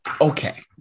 Okay